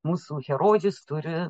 mūsų herojus turi